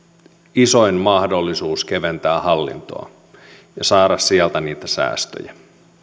isoin mahdollisuus keventää hallintoa ja saada sieltä niitä säästöjä